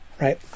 right